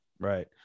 Right